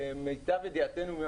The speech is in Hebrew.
למיטב ידיעתנו,